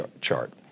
chart